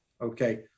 okay